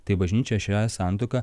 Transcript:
tai bažnyčia šią santuoką